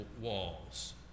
walls